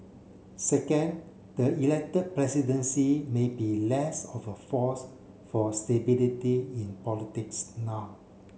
second the elected presidency may be less of a force for stability in politics now